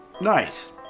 Nice